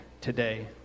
today